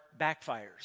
backfires